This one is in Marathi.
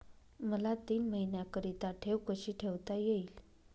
मला तीन महिन्याकरिता ठेव कशी ठेवता येईल?